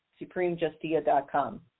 SupremeJustia.com